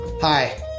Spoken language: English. Hi